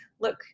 look